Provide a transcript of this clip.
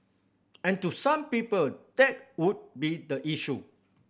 and to some people that would be the issue